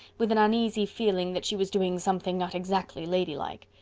with an uneasy feeling that she was doing something not exactly ladylike.